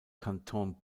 kanton